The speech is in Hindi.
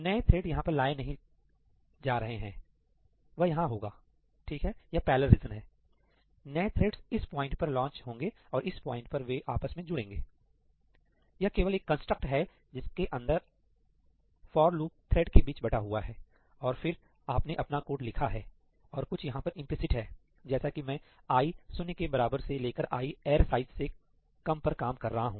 नए थ्रेड यहां पर लाए नहीं किए जा रहे हैं वह यहां होगा ठीक है यह पैरलल रीज़न है नए थ्रेडस इस पॉइंट पर लॉन्च होंगे और इस पॉइंट पर वे आपस में जुड़ेंगे यह केवल एक कंस्ट्रक्ट है जिसके अंदर फॉर लूप थ्रेड के बीच बटा हुआ है और फिर आपने अपना कोड लिखा और कुछ यहां पर इंपलीसिट है जैसा कि मैं आई शून्य के बराबर से लेकर आई एर साइज से कम पर काम कर रहा हूं